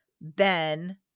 ben